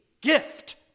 gift